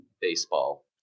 baseball